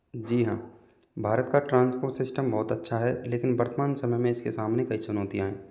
जी हाँ भारत का transport system बहुत अच्छा है लेकिन वर्तमान समय में इसके सामने कई चुनौतियाँ हैं